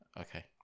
Okay